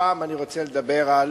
הפעם אני רוצה לדבר על